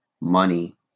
money